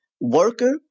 worker